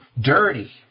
dirty